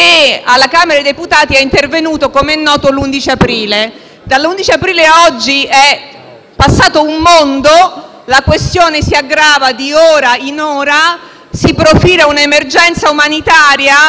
alla Camera dei deputati è intervenuto l'11 aprile. Dall'11 aprile ad oggi è passato un mondo, la questione si aggrava di ora in ora e si profila un'emergenza umanitaria,